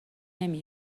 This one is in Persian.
نمی